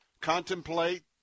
Contemplate